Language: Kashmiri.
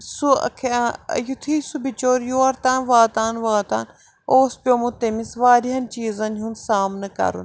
سُہ یُتھُے سُہ بِچور یور تام واتان واتان اوس پیوٚمُت تٔمِس واریاہَن چیٖزن ہُنٛد سامنہٕ کَرُن